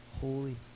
holy